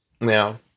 Now